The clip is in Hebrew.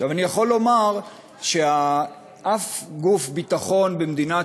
אני יכול לומר שאף גוף ביטחון במדינת